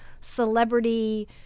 celebrity